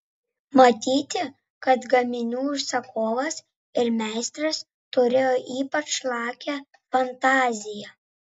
matyti kad gaminių užsakovas ir meistras turėjo ypač lakią fantaziją